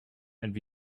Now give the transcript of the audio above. and